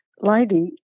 lady